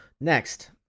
Next